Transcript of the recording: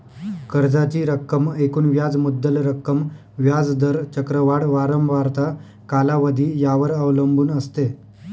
कर्जाची रक्कम एकूण व्याज मुद्दल रक्कम, व्याज दर, चक्रवाढ वारंवारता, कालावधी यावर अवलंबून असते